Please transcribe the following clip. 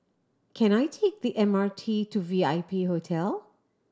can I take the M R T to V I P Hotel